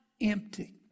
empty